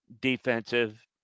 defensive